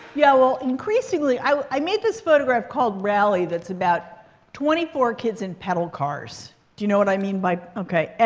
yeah. well, increasingly was i made this photograph called rally, that's about twenty four kids in pedal cars. do you know what i mean by ok.